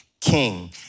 king